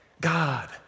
God